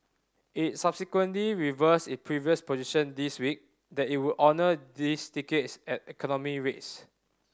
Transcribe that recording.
it subsequently reversed its previous position this week that it would honour these tickets at economy rates